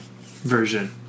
version